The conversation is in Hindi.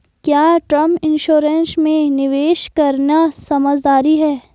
क्या टर्म इंश्योरेंस में निवेश करना समझदारी है?